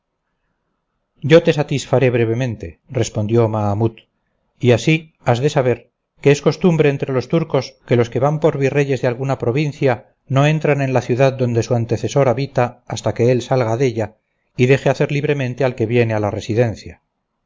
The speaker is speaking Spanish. yo te satisfaré brevemente respondió mahamut y así has de saber que es costumbre entre los turcos que los que van por virreyes de alguna provincia no entran en la ciudad donde su antecesor habita hasta que él salga della y deje hacer libremente al que viene la residencia